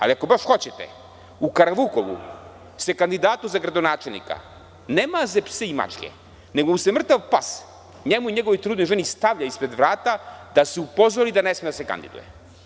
Ali, ako baš hoćete, u Karavukovu se kandidatu za gradonačelnika ne maze psi i mačke, nego mu se mrtav pas, njemu i njegovoj trudnoj ženi, stavlja ispred vrata da se upozori da ne sme da se kandiduje.